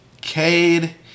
Cade